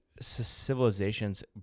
civilizations